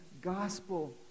gospel